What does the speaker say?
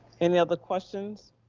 any other questions?